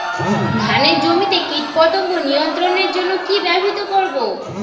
ধানের জমিতে কীটপতঙ্গ নিয়ন্ত্রণের জন্য কি ব্যবহৃত করব?